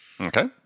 Okay